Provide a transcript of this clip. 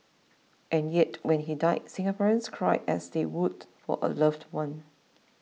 and yet when he died Singaporeans cried as they would for a loved one